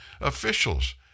officials